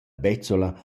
bezzola